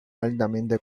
altamente